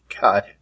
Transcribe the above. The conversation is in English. God